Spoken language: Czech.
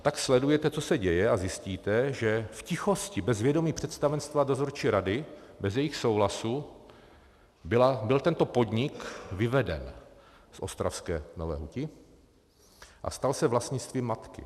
A tak sledujete, co se děje, a zjistíte, že v tichosti, bez vědomí představenstva a dozorčí rady, bez jejich souhlasu byl tento podnik vyveden z ostravské Nové huti a stal se vlastnictvím matky.